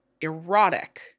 erotic